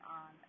on